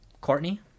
Courtney